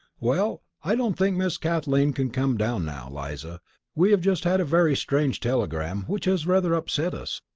well, i don't think miss kathleen can come down now, eliza we have just had a very strange telegram which has rather upset us.